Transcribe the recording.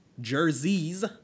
jerseys